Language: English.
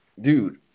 dude